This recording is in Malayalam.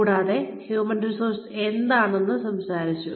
കൂടാതെ ഹ്യൂമൻ റിസോഴ്സ് എന്താണെന്ന് സംസാരിച്ചു